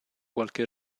qualche